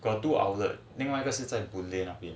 got two outlet 另外一个是在 boon lay